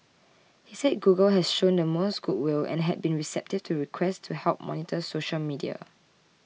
he said Google has shown the most good will and had been receptive to requests to help monitor social media